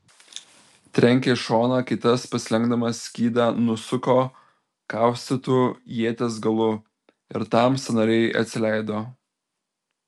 trenkė į šoną kai tas pasilenkdamas skydą nusuko kaustytu ieties galu ir tam sąnariai atsileido